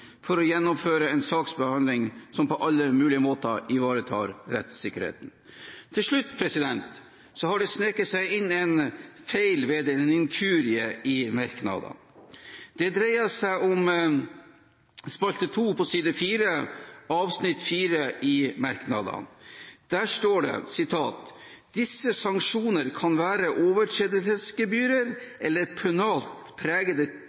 for å gjennomføre en saksbehandling som på alle mulige måter ivaretar rettssikkerheten. Til slutt: Det har ved en inkurie sneket seg inn en feil i merknadene. Det dreier seg om spalte 2 på side 4, avsnitt 4, i merknadene. Der står det: «Disse sanksjonene kan være overtredelsesgebyrer eller pønalt pregede